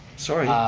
sorry.